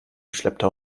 schlepptau